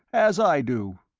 as i do.